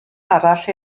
arall